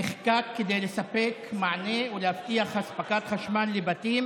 נחקק כדי לספק מענה וכדי להבטיח הספקת חשמל לבתים